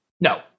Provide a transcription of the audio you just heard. no